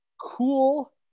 cool